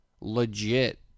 legit